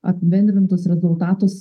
apibendrintus rezultatus